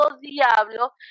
diablo